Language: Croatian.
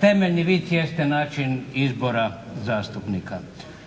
Temeljni vid jeste način izbora zastupnika.